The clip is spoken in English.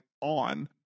on